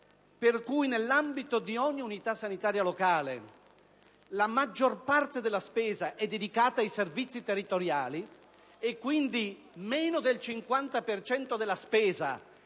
nell'ambito di ogni unità sanitaria locale la maggior parte della spesa è dedicata ai servizi territoriali, quindi meno del 50 per